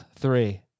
three